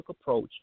approach